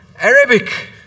Arabic